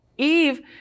Eve